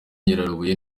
nyarubuye